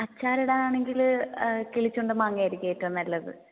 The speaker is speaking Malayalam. അച്ചാർ ഇടാൻ ആണെങ്കില് കിളിച്ചുണ്ടൻ മാങ്ങയായിരിക്കും ഏറ്റവും നല്ലത്